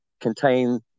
contain